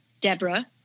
Deborah